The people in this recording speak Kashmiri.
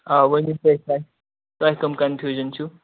آ ؤنِو تُہۍ تۄہہِ کٔم کَنفیوٗجَن چھِو